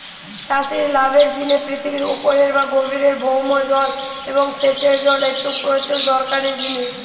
চাষির লাভের জিনে পৃথিবীর উপরের বা গভীরের ভৌম জল এবং সেচের জল একটা প্রচুর দরকারি জিনিস